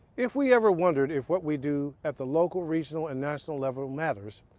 if we ever wondered if what we do at the local, regional and national level matters,